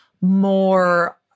more